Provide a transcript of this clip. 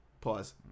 Pause